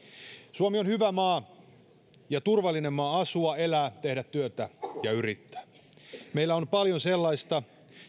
suomi on hyvä maa ja turvallinen maa asua elää tehdä työtä ja yrittää meillä on paljon sellaista